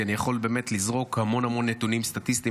כי אני יכול לזרוק המון נתונים סטטיסטיים